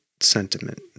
sentiment